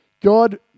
God